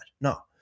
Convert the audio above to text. no